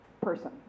person